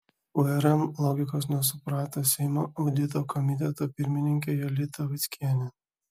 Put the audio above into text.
urm logikos nesuprato seimo audito komiteto pirmininkė jolita vaickienė